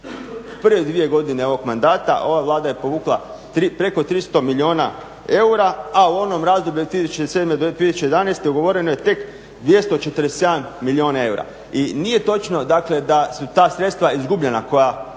prve dvije godine ovog mandata ova Vlada je povukla preko 300 milijuna eura, a u onom razdoblju od 2007. do 2011. ugovoreno je tek 247 milijuna eura i nije točno da su ta sredstva izgubljena koja